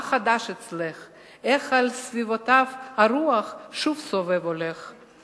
מה חדש אצלך / איך על סביבותיו הרוח שוב סובב הולך /